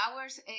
hours